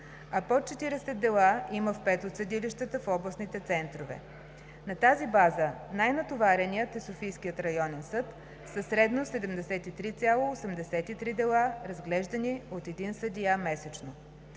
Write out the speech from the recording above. а под 40 дела има в 5 от съдилищата в областните центрове. На тази база най-натоварен е Софийският районен съд със средно 73,83 дела, разглеждани от един съдия месечно.